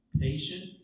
Patient